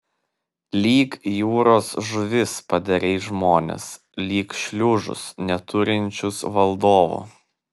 lyg jūros žuvis padarei žmones lyg šliužus neturinčius valdovo